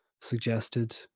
suggested